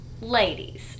Ladies